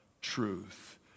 truth